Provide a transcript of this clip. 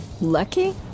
Lucky